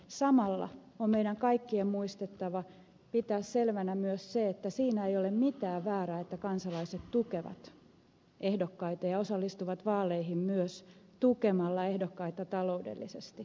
samalla on meidän kaikkien muistettava pitää selvänä myös se että siinä ei ole mitään väärää että kansalaiset tukevat ehdokkaita ja osallistuvat vaaleihin myös tukemalla ehdokkaita taloudellisesti